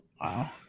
Wow